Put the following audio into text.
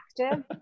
active